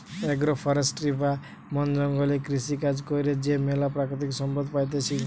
agro forestry বা বন জঙ্গলে কৃষিকাজ কইরে যে ম্যালা প্রাকৃতিক সম্পদ পাইতেছি